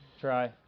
try